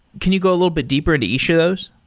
can you go a little bit deeper into each of those?